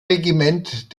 regiment